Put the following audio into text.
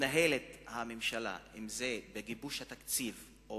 מתנהלת הממשלה, אם זה בגיבוש התקציב או